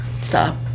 Stop